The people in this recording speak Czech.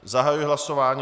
Zahajuji hlasování.